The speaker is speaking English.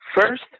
first